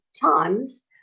times